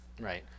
right